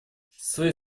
своей